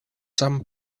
some